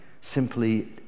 simply